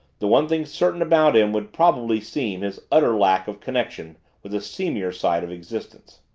the one thing certain about him would probably seem his utter lack of connection with the seamier side of existence.